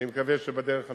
אני מקווה שבדרך הטובה,